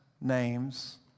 names